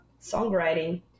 songwriting